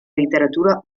literatura